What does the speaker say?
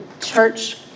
church